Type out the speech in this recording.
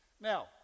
Now